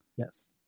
Yes